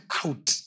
out